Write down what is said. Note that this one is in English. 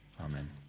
Amen